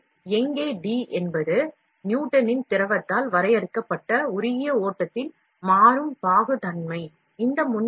எனவே ஈட்டா ɳ என்பது நியூட்டனின் திரவத்தால் வரையறுக்கப்பட்ட உருகிய ஓட்டத்தின் மாறும் பாகுத்தன்மை ஆகும்